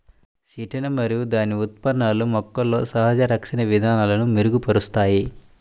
chitin మరియు దాని ఉత్పన్నాలు మొక్కలలో సహజ రక్షణ విధానాలను మెరుగుపరుస్తాయి